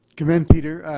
commend peter.